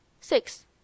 six